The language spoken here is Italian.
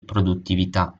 produttività